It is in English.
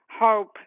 hope